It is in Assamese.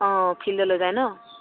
অঁ ফিল্ডলৈ যায় ন